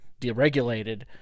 deregulated